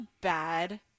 bad –